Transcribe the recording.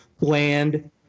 land